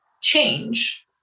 change